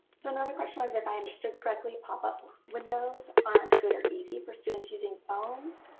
so another question was, if i understood correctly, pop-up windows aren't good or easy for students using phones?